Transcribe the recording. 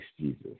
Jesus